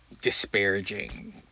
disparaging